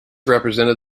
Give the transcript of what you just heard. represented